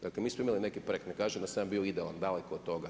Dakle, mi smo imali neke projekte, ne kažem da sam ja bio idealan, daleko od toga.